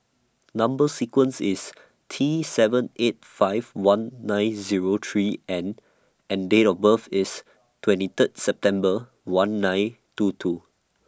Number sequence IS T seven eight five one nine Zero three N and Date of birth IS twenty Third September one nine two two